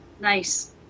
Nice